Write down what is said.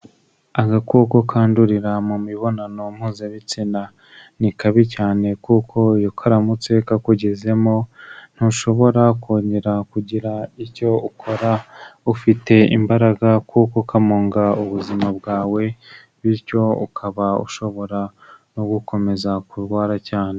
Agakoko kandurira mu mibonano mpuzabitsina ni kabi cyane kuko iyo karamutse kakugezemo ntushobora kongera kugira icyo ukora ufite imbaraga, kuko kamunga ubuzima bwawe, bityo ukaba ushobora no gukomeza kurwara cyane.